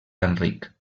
enric